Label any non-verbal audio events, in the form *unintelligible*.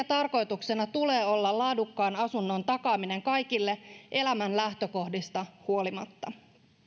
*unintelligible* tarkoituksena tulee olla laadukkaan asunnon takaaminen kaikille elämän lähtökohdista huolimatta